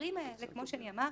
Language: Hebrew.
כמו שאמרתי,